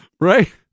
Right